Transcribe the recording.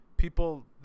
people